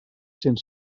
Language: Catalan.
cent